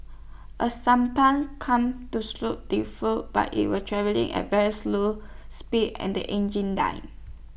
A sampan come to stow the fool but IT was travelling at very slew speed and the engine died